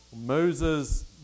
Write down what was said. moses